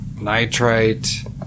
nitrite